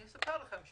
אספר לכם.